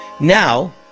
Now